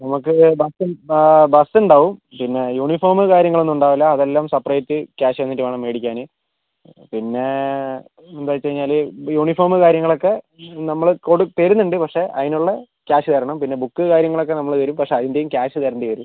നമുക്ക് bus bus ഉണ്ടാവും പിന്നെ യൂണിഫോമ് കാര്യങ്ങളൊന്നും ഉണ്ടാവില്ല അതെല്ലാം സെപ്പറേറ്റ് ക്യാഷ് തന്നിട്ട് വേണം മേടിക്കാന് പിന്നെ എന്താന്ന് വെച്ചുകഴിഞ്ഞാല് യൂണിഫോമ് കാര്യങ്ങളൊക്കെ നമ്മൾ കൊടു തരുന്നുണ്ട് പക്ഷേ അതിനുള്ള ക്യാഷ് തരണം പിന്നെ ബുക്ക് കാര്യങ്ങളൊക്കെ നമ്മള് തരും പക്ഷേ അതിൻ്റെയും ക്യാഷ് തരേണ്ടി വരും